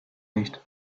nicht